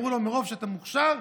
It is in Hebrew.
אמרו לו: מרוב שאתה מוכשר,